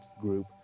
group